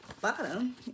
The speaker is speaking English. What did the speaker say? bottom